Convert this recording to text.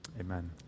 Amen